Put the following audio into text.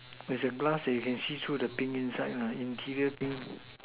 there's a glass that you can see through the thing inside ah interior thing